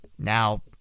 Now